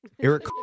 Eric